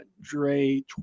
Dre